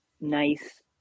nice